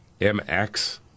MX